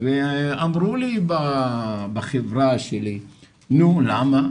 ואמרו לי בחברה שלי, נו למה?